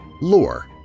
lore